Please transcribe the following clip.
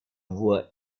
voix